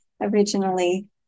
Originally